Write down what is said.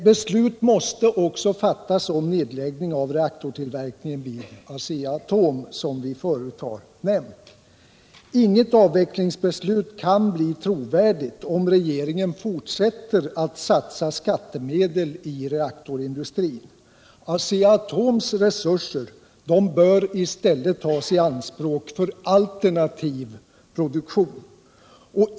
Beslut måste också fattas om nedläggning av reaktortillverkningen vid Asea-Atom — det har vi från vpk nämnt förut. Inget avvecklingsbeslut kan bli trovärdigt om regeringen fortsätter att satsa skattemedel i reaktorindustrin. Asea-Atoms resurser bör i stället tas i anspråk för alternativ produktion.